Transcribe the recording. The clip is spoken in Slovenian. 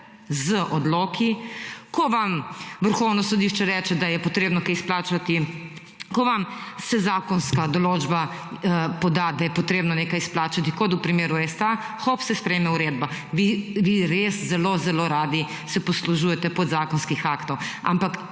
(Nadaljevanje) Vrhovno sodišče reče, da je potrebno kaj izplačati, ko vam se zakonska določba poda, da je potrebno nekaj izplačati kot v primeru STA, hop, se sprejme uredba. Vi res zelo radi se poslužujete podzakonskih aktov, ampak